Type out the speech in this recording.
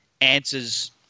answers